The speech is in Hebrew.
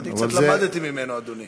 אז אני קצת למדתי ממנו, אדוני.